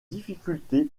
difficultés